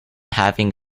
having